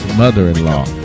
mother-in-law